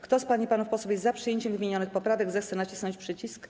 Kto z pań i panów posłów jest za przyjęciem wymienionych poprawek, zechce nacisnąć przycisk.